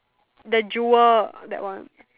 the Jewel that one